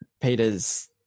Peter's